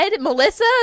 Melissa